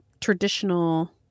traditional